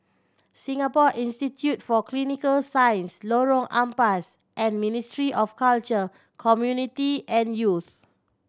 Singapore Institute for Clinical Science Lorong Ampas and Ministry of Culture Community and Youth